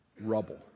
Rubble